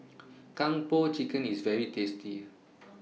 Kung Po Chicken IS very tasty